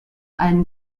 allen